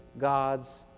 God's